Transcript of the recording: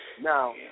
Now